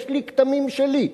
יש לי כתמים שלי,